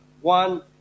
one